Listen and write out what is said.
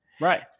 Right